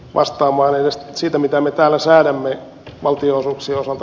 vastaamaan yleistä siitä mitä me täällä säädämme valtionosuuksien osalta